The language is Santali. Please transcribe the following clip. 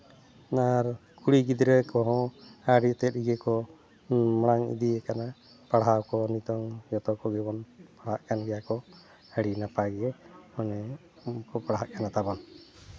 ᱟᱨ ᱠᱩᱲᱤ ᱜᱤᱫᱽᱨᱟᱹ ᱠᱚᱦᱚᱸ ᱟᱹᱰᱤ ᱫᱷᱮᱨ ᱜᱮᱠᱚ ᱢᱟᱲᱟᱝ ᱤᱫᱤ ᱟᱠᱟᱱᱟ ᱯᱟᱲᱦᱟᱣ ᱠᱚ ᱱᱤᱛᱚᱜ ᱡᱚᱛᱚ ᱠᱚᱜᱮ ᱠᱚᱱ ᱯᱟᱲᱦᱟᱜ ᱠᱟᱱ ᱜᱮᱭᱟ ᱠᱚ ᱟᱹᱰᱤ ᱱᱟᱯᱟᱭ ᱜᱮ ᱢᱟᱱᱮ ᱯᱟᱲᱦᱟᱜ ᱠᱟᱱᱟ ᱛᱟᱵᱚᱱ